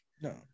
No